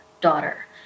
daughter